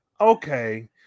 Okay